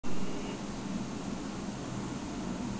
আমার আধার কার্ড নেই আমি কি একাউন্ট খুলতে পারব?